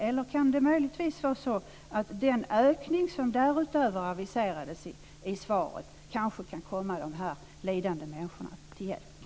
Eller kan det möjligtvis vara så att den ökning därutöver som aviserades i svaret kan komma de här lidande människorna till godo?